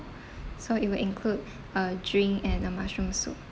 so it will include a drink and a mushroom soup